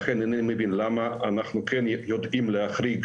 לכן אני לא מבין למה אנחנו יודעים להחריג